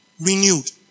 renewed